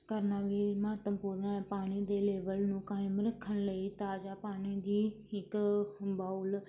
ਕਰਨਾ ਵੀ ਮਹੱਤਵਪੂਰਨ ਪਾਣੀ ਦੇ ਲੇਵਲ ਨੂੰ ਕਾਇਮ ਰੱਖਣ ਲਈ ਤਾਜ਼ਾ ਪਾਣੀ ਦੀ ਇੱਕ ਬਾਉਲ